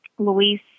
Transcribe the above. Luis